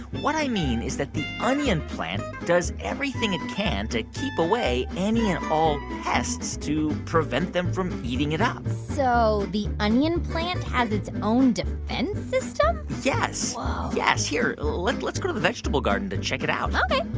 what i mean is that the onion plant does everything it can to keep away any and all pests to prevent them from eating it up so the onion plant has its own defense system yes whoa yes. here, let's let's go to the vegetable garden to check it out ok,